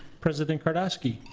president kardoskee?